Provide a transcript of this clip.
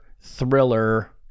Thriller